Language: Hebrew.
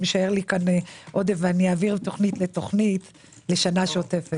שאם יישאר לי כאן עודף אני אעביר מתוכנית לתוכנית לשנה השוטפת.